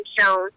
shown